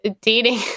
dating